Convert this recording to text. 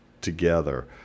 together